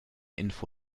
info